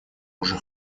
уже